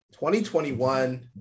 2021